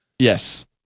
Yes